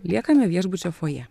liekame viešbučio fojė